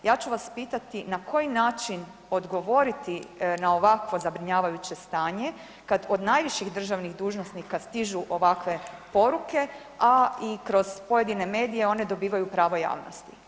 Ja ću vas pitati na koji način odgovoriti na ovakvo zabrinjavajuće stanje kada od najviših državnih dužnosnika stižu ovakve poruke, a i kroz pojedine medije one dobivaju pravo javnosti.